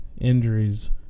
injuries